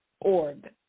org